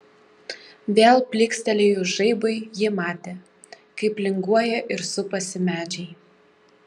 vėl plykstelėjus žaibui ji matė kaip linguoja ir supasi medžiai